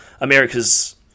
America's